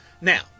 Now